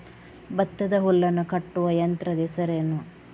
ಭತ್ತದ ಹುಲ್ಲನ್ನು ಕಟ್ಟುವ ಯಂತ್ರದ ಹೆಸರೇನು?